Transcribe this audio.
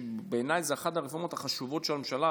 שבעיניי זו אחת הרפורמות החשובות של הממשלה,